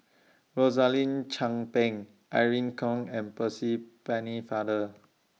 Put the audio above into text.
Rosaline Chan Pang Irene Khong and Percy Pennefather